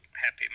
happy